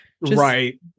right